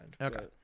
Okay